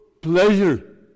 pleasure